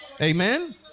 Amen